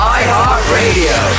iHeartRadio